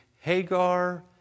Hagar